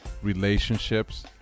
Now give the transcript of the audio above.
relationships